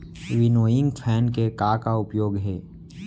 Winnowing fan के का का उपयोग हे?